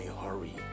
hurry